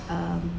um